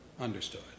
understood